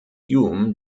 hume